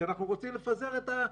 כי אנחנו רוצים לפזר את זה.